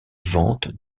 vente